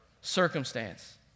Circumstance